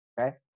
okay